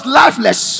lifeless